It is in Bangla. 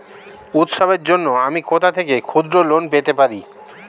উৎসবের জন্য আমি কোথা থেকে ক্ষুদ্র লোন পেতে পারি?